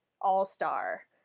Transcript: All-Star